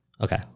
Okay